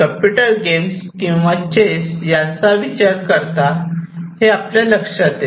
computer games किंवा chess याचा विचार करता हे आपल्या लक्षात येते